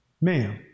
Ma'am